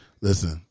Listen